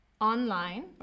online